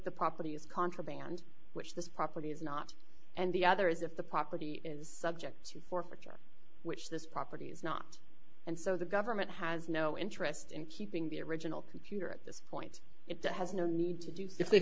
the property is contraband which this property is not and the other is if the property is subject to forfeiture which this property is not and so the government has no interest in keeping the original computer at this point it has no need to do so if they